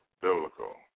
biblical